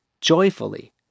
joyfully